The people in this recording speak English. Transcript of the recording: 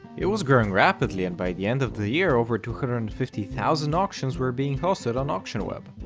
it was growing rapidly and by the end of the year over two hundred and fifty thousand auctions were being hosted on auctionweb.